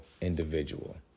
individual